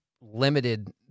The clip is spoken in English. limited